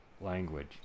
language